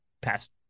past